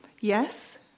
Yes